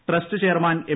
trust chairman M